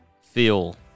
feel